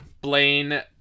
Blaine-